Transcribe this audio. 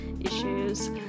Issues